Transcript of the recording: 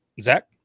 Zach